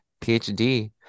PhD